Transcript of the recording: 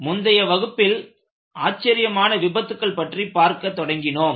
முந்தைய வகுப்பில் ஆச்சர்யமான விபத்துக்கள் பற்றி பார்க்க தொடங்கினோம்